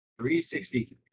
360